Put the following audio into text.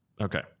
Okay